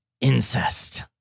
incest